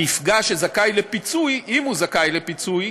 הנפגע שזכאי לפיצוי, אם הוא זכאי לפיצוי,